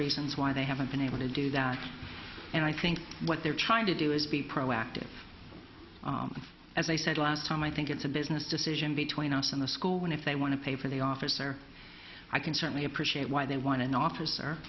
reasons why they haven't been able to do that and i think what they're trying to do is be proactive and as i said last time i think it's a business decision between us and the school and if they want to pay for the officer i can certainly appreciate why they want an officer